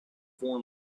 form